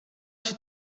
się